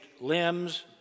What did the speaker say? limbs